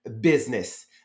business